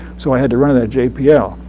so i had to run it at jpl. yeah